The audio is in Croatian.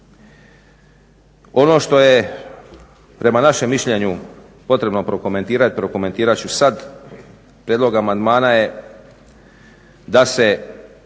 Ono što je prema našem mišljenju potrebno prokomentirati prokomentirat ću sad. Prijedlog amandmana je da se